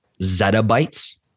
zettabytes